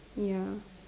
ya